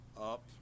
up